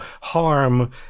harm